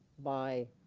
by